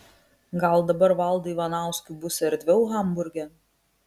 gal dabar valdui ivanauskui bus erdviau hamburge